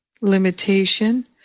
limitation